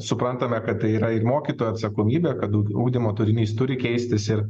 suprantame kad tai yra ir mokytojo atsakomybė kad daugiau ugdymo turinys turi keistis ir